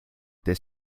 this